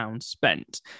spent